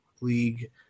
league